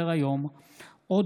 עוד